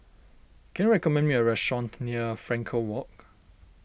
can you recommend me a restaurant near Frankel Walk